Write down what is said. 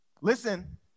listen